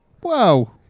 Wow